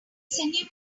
cinema